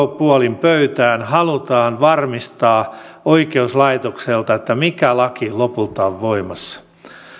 puolin pöytää halutaan varmistaa oikeuslaitokselta mikä laki lopulta on voimassa